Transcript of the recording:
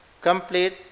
complete